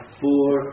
four